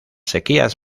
sequías